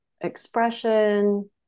expression